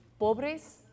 pobres